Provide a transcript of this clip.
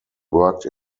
worked